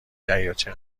دریاچه